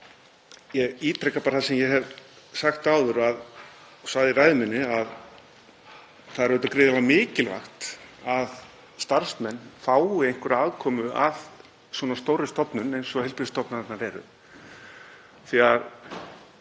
Ég ítreka það sem ég hef sagt áður og sagði í ræðu minni; það er auðvitað gríðarlega mikilvægt að starfsmenn fái einhverja aðkomu að svona stórri stofnun eins og heilbrigðisstofnanirnar eru